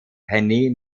penny